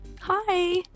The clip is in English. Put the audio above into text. Hi